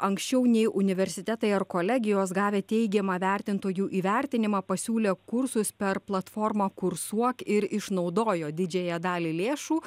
anksčiau nei universitetai ar kolegijos gavę teigiamą vertintojų įvertinimą pasiūlę kursus per platformą kursuok ir išnaudojo didžiąją dalį lėšų